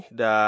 da